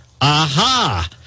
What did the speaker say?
Aha